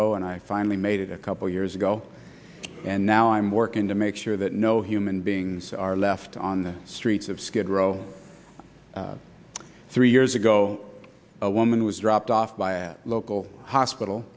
row and i finally made it a couple years ago and now i'm working to make sure that no human beings are left on the streets of skid row three years ago a woman was dropped off by a local hospital